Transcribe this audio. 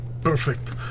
perfect